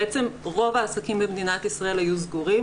רוב העסקים במדינת ישראל היו סגורים,